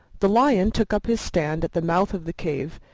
the lion took up his stand at the mouth of the cave,